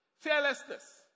Fearlessness